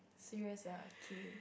serious uh okay